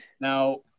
now